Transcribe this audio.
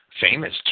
famous